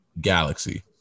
galaxy